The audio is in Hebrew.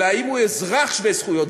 אלא אם הוא אזרח שווה זכויות.